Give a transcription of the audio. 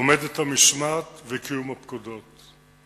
עומדים המשמעת וקיום הפקודות.